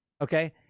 Okay